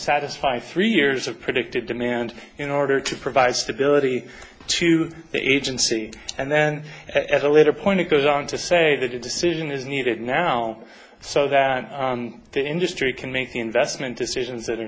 satisfy three years of predicted demand in order to provide stability to the agency and then at a later point it goes on to say that the decision is needed now so that the industry can make the investment decisions that are